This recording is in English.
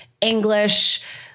English